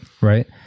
Right